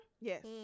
yes